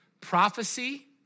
Prophecy